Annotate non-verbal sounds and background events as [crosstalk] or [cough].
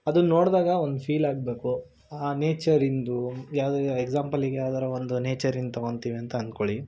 ಅದನ್ನು ನೋಡಿದಾಗ ಒಂದು ಫೀಲಾಗಬೇಕು ಆ ನೇಚರಿಂದು ಯಾವ್ದು [unintelligible] ಎಕ್ಸಾಂಪಲ್ ಈಗ ಯಾವ್ದಾರೂ ಒಂದು ನೇಚರನ್ನ ತೊಗೊಂತೀವಿ ಅಂತ ಅಂದ್ಕೊಳ್ಳಿ